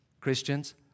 Christians